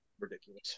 ridiculous